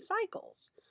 cycles